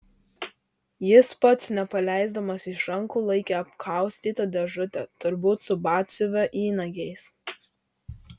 jis pats nepaleisdamas iš rankų laikė apkaustytą dėžutę turbūt su batsiuvio įnagiais